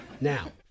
Now